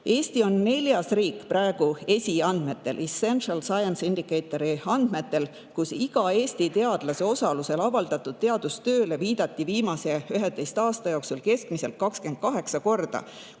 Eesti on neljas riik praegu ESI andmetel, Essential Science Indicatori andmetel. Igale Eesti teadlase osalusel avaldatud teadustööle viidati viimase 11 aasta jooksul keskmiselt 28 korda.